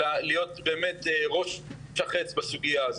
להיות באמת ראש וחץ בסוגייה הזו.